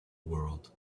world